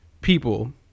people